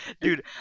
dude